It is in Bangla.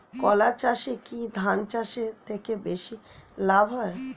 কলা চাষে কী ধান চাষের থেকে বেশী লাভ হয়?